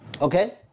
Okay